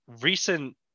recent